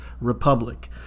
Republic